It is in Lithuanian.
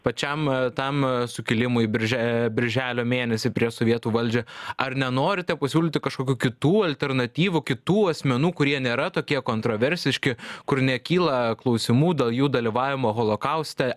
pačiam tam sukilimui birže birželio mėnesį prieš sovietų valdžią ar nenorite pasiūlyti kažkokių kitų alternatyvų kitų asmenų kurie nėra tokie kontroversiški kur nekyla klausimų dėl jų dalyvavimo holokauste